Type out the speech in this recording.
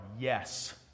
yes